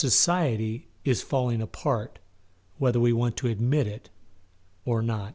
society is falling apart whether we want to admit it or not